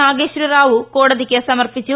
നാഗേശ്വർ റാവു കോടതിക്ക് സമർപ്പിച്ചു